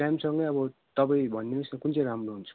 स्याम्सङै अब तपाईँ भनिदिनुहोस् न कुन चाहिँ राम्रो हुन्छ